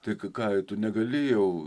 tai ką tu negali jau